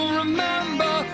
remember